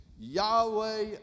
Yahweh